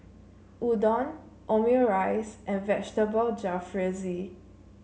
Udon Omurice and Vegetable Jalfrezi